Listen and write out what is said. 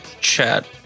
chat